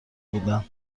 بودند